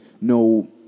no